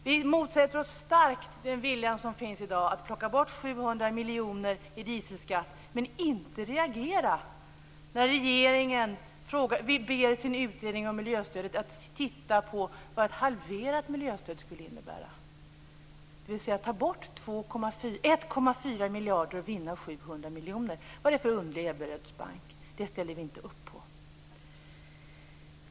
Vi motsätter oss starkt den vilja som finns i dag att plocka bort 700 miljoner i dieselskatt, samtidigt som man inte reagerar när regeringen ber utredningen om miljöstödet att titta på vad ett halverat miljöstöd skulle innebära. Det handlar om att ta bort 1,4 miljarder och vinna 700 miljoner. Vad är det för underlig Ebberöds bank? Det ställer vi inte upp på.